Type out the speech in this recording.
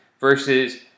versus